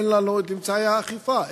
אין לנו אמצעי האכיפה,